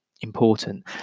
important